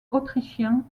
autrichiens